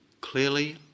Clearly